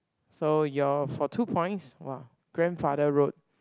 so your for two points !wah! grandfather road